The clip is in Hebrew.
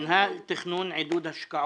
מינהל תכנון השקעות,